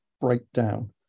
breakdown